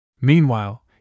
Meanwhile